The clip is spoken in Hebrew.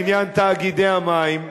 בעניין תאגידי המים.